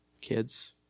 kids